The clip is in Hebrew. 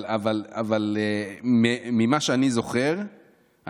אבל ממה שאני זוכר,